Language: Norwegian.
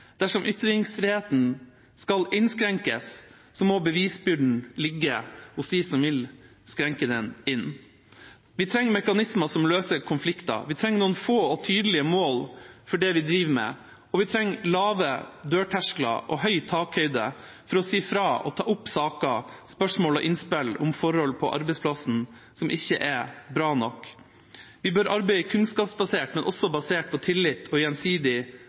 Dersom ytringsfriheten skal innskrenkes, må bevisbyrden ligge hos dem som vil innskrenke den. Vi trenger mekanismer som løser konflikter. Vi trenger noen få og tydelige mål for det vi driver med, og vi trenger lave dørterskler og stor takhøyde for å si fra og ta opp saker, spørsmål og innspill om forhold på arbeidsplassen som ikke er bra nok. Vi bør arbeide kunnskapsbasert, men også basert på tillit og gjensidig